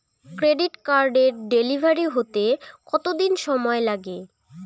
Credit কার্ডের delivery হতে কতদিন সময় লাগে?